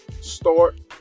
start